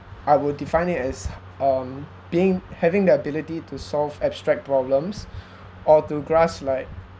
I would define it as um being having the ability to solve abstract problems or to grasp like